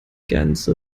ganze